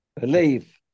Believe